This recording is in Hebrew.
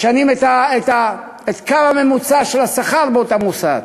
משנים את קו הממוצע של השכר באותו מוסד.